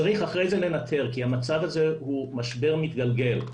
צריך אחרי זה לנתר כי המצב הזה הוא משבר מתגלגל.